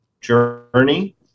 journey